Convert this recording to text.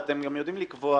אתם הרי יודעים לקבוע